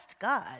God